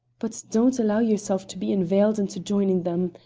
but don't allow yourself to be inveigled into joining them.